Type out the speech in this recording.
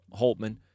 Holtman